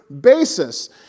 basis